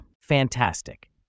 Fantastic